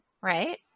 right